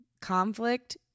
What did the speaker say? conflict